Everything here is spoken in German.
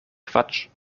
quatsch